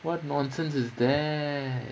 what nonsense is thar